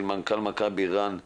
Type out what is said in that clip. לדבריו של מנכ"ל מכבי רן סער,